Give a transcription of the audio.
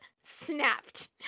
snapped